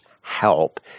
help